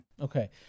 Okay